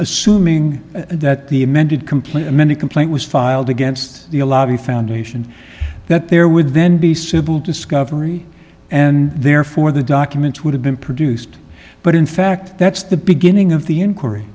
assuming that the amended complaint amended complaint was filed against the a lobby foundation that there would then be civil discovery and therefore the documents would have been produced but in fact that's the beginning of the inquiry